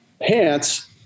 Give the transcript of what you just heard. pants